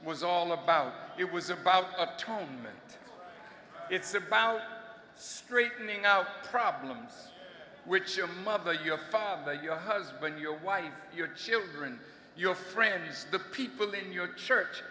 was all about it was about atonement it's about straightening out problems which your mother your father your husband your wife your children your friends the people in your church